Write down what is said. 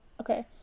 okay